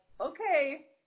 okay